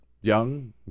young